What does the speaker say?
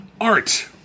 art